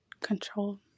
control